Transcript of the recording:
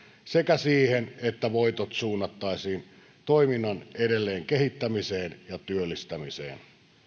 sekä siihen että voitot suunnattaisiin toiminnan edelleen kehittämiseen ja työllistämiseen